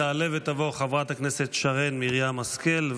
תעלה ותבוא חברת הכנסת שרן מרים השכל,